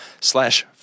slash